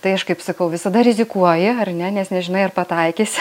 tai aš kaip sakau visada rizikuoji ar ne nes nežinai ar pataikys